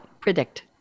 predict